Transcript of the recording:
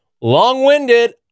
long-winded